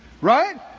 Right